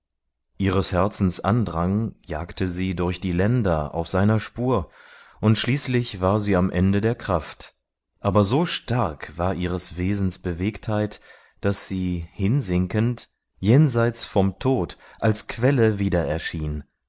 ihres herzens andrang jagte sie durch die länder auf seiner spur und schließlich war sie am ende der kraft aber so stark war ihres wesens bewegtheit daß sie hinsinkend jenseits vom tod als quelle wiedererschien eilend